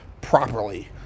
properly